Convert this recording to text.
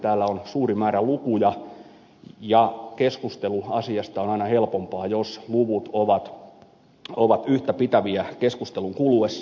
täällä on suuri määrä lukuja ja keskustelu asiasta on aina helpompaa jos luvut ovat yhtäpitäviä keskustelun kuluessa